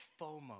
FOMO